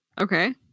Okay